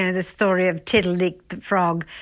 and the story of tiddalik the frog,